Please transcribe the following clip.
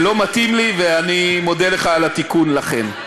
לא מתאים לי ואני מודה לך על התיקון, לכן.